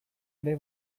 ere